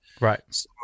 Right